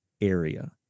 area